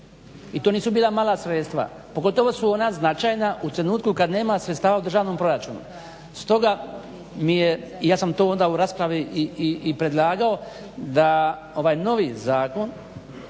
I to nisu bila mala sredstva. Pogotovo su ona značajna u trenutku kad nema sredstava u državnom proračunu. Stoga mi je, ja sam to onda i u raspravi predlagao da ovaj novi zakon